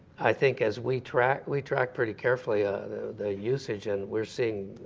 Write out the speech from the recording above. i think as we track we track pretty carefully ah the usage and we're seeing,